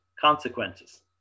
consequences